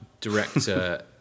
director